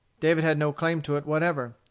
david had no claim to it whatever.